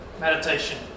meditation